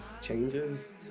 changes